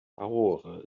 lahore